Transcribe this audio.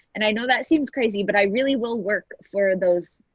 and i know that seems crazy but i really will work for those,